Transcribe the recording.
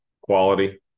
quality